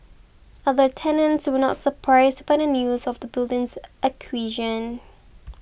other tenants were not surprised by the news of the building's acquisition